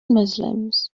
muslims